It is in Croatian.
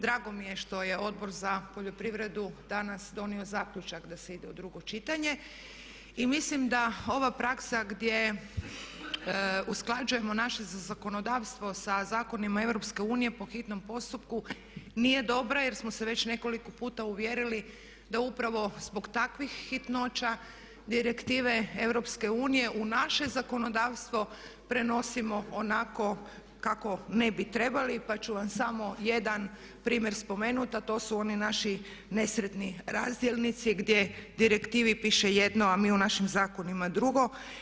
Drago mi je što je Odbor za poljoprivredu danas donio zaključak da se ide u drugo čitanje i mislim da ova praksa gdje usklađujemo naše zakonodavstvo sa zakonima EU po hitnom postupku nije dobra jer smo se već nekoliko puta uvjerili da upravo zbog takvih hitnoća Direktive EU u naše zakonodavstvo prenosimo onako kako ne bi trebali pa ću vam samo jedan primjer spomenut, a to su oni naši nesretni razdjelnici gdje u Direktivi piše jedno a mi u našim zakonima drugo.